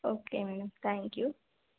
okay madam thank you